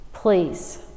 Please